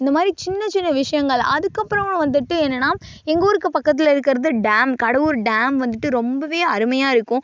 இந்தமாதிரி சின்ன சின்ன விஷயங்கள் அதுக்கப்புறமா வந்துட்டு என்னென்னா எங்கள் ஊருக்கு பக்கத்தில் இருக்கிறது டேம் கடவூர் டேம் வந்துட்டு ரொம்பவே அருமையாக இருக்கும்